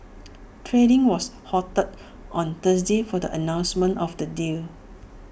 trading was halted on Thursday for the announcement of the deal